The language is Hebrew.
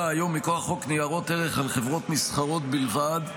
היום מכוח חוק ניירות ערך על חברות נסחרות בלבד.